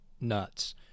nuts